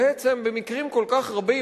בעצם במקרים כל כך רבים,